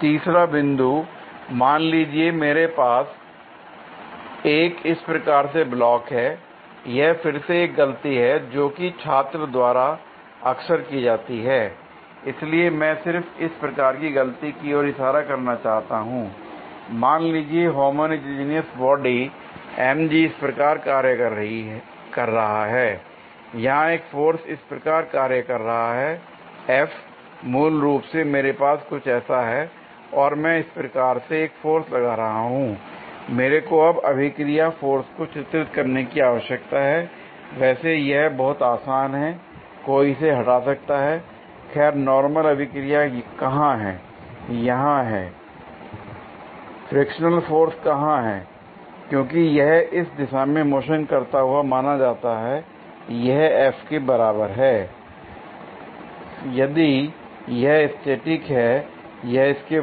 तीसरा बिंदु l मान लीजिए मेरे पास एक इस प्रकार से ब्लॉक हैl यह फिर से एक गलती है जोकि छात्रों द्वारा अक्सर की जाती है l इसलिए मैं सिर्फ इस प्रकार की गलती की ओर इशारा करना चाहता हूं l मान लीजिए होमोजीनियस बॉडी mg इस प्रकार कार्य कर रहा है यहां एक फोर्स इस प्रकार कार्य कर रहा है F l मूल रूप से मेरे पास कुछ ऐसा है और मैं इस प्रकार से एक फोर्स लगा रहा हूं l मेरे को अब अभिक्रिया फोर्स को चित्रित करने की आवश्यकता है l वैसे यह बहुत आसान है l कोई इसे हटा सकता है l खैर नॉर्मल अभिक्रिया कहां है यहां है l फ्रिक्शनल फोर्स कहां है क्योंकि यह इस दिशा में मोशन करता हुआ माना जाता है यह f के बराबर है l यदि यह स्टैटिक है यह इस के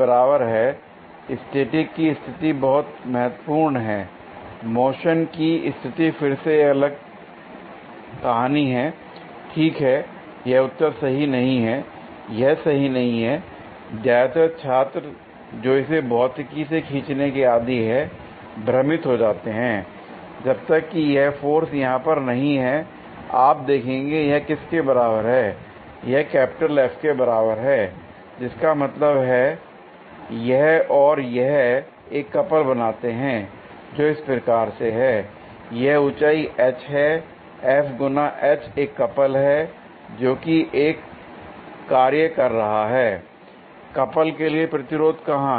बराबर है l स्टैटिक की स्थिति बहुत महत्वपूर्ण हैं l मोशन की स्थिति फिर से एक अलग कहानी है l ठीक है l यह उत्तर सही नहीं है l यह सही नहीं है l ज्यादातर छात्र जो इसे भौतिकी से खींचने के आदी हैं भ्रमित हो जाते हैं l जब तक कि यह फोर्स यहां पर नहीं है आप देखेंगे यह किसके बराबर है यह कैपिटल F के बराबर है जिसका मतलब है यह और यह एक कपल बनाते हैं जो इस प्रकार से है l यह ऊंचाई h है F गुना h एक कपल है जो कि कार्य कर रहा है l कपल के लिए प्रतिरोध कहां है